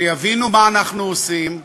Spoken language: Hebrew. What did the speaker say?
כשיבינו מה אנחנו עושים,